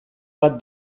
bat